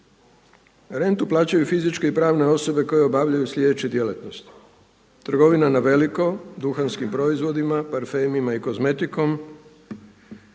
Rentu plaćaju fizičke i pravne osobe koje obavljaju sljedeće djelatnosti, trgovina na veliko, duhanskim proizvodima, parfemima i kozmetikom,